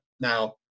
now